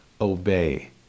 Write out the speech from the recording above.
Obey